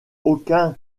aucun